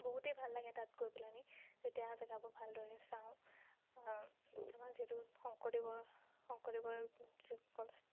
বহুতেই ভাল লাগে তাত গৈ পেলাহেনি যেতিয়া জেগাবোৰ ভালদৰে চাওঁ আমাৰ যিহেতু শংকৰদেৱৰ শংকৰদেৱৰ